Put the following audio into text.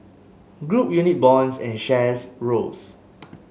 group unit bonds and shares rose